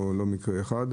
לא מקרה אחד,